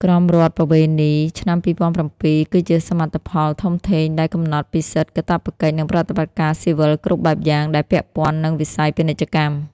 ក្រមរដ្ឋប្បវេណីឆ្នាំ ២០០៧ គឺជាសមិទ្ធផលធំធេងដែលកំណត់ពីសិទ្ធិ កាតព្វកិច្ច និងប្រតិបត្តិការស៊ីវិលគ្រប់បែបយ៉ាងដែលពាក់ព័ន្ធនឹងវិស័យពាណិជ្ជកម្ម។